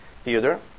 theater